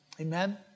Amen